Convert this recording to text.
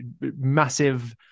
massive